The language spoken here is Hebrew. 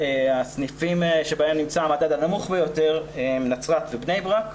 הסניפים שבהם נמצא המדד הנמוך ביותר הם נצרת ובני ברק.